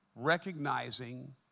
Recognizing